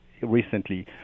recently